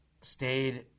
stayed